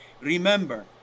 Remember